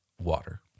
water